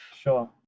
Sure